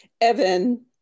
Evan